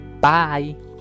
Bye